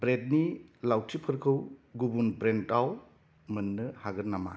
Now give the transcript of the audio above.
ब्रेडनि लाउथिफोरखौ गुबुन ब्रेन्डाव मोन्नो हागोन नामा